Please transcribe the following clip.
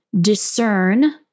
discern